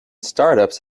startups